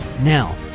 Now